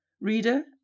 Reader